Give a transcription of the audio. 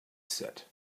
said